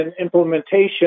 implementation